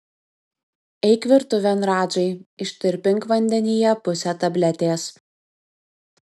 eik virtuvėn radžai ištirpink vandenyje pusę tabletės